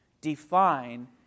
define